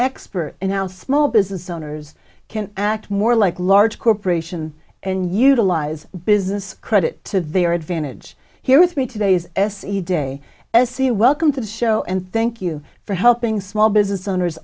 expert in how small business owners can act more like large corporation and utilize business credit to their advantage here with me today is se de se welcome to the show and thank you for helping small business owners